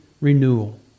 renewal